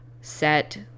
set